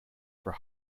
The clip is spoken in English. for